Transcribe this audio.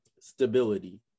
stability